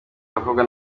abakobwa